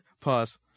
Pause